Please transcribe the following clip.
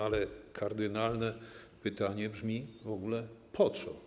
A kardynalne pytanie brzmi w ogóle: Po co?